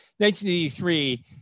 1983